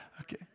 Okay